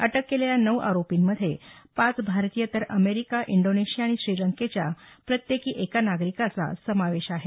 अटक केलेल्या नऊ आरोपींमध्ये पाच भारतीय तर अमेरिका इंडोनेशिया आणि श्रीलंकेच्या प्रत्येकी एका नागरिकाचा यामध्ये समावेश आहे